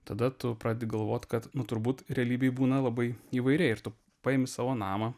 tada tu praded galvot kad nu turbūt realybėj būna labai įvairiai ir tu paimk savo namą